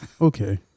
Okay